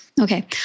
Okay